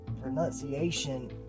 pronunciation